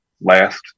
last